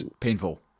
painful